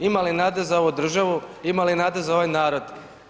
Ima li nade za ovu državu, ima li nade za ovaj narod.